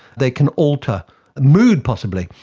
they can alter mood possibly.